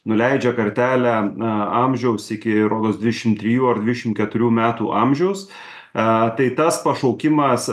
nuleidžia kartelę a amžiaus iki rodos dvidešim trijų ar dvidešim keturių metų amžiaus a tai tas pašaukimas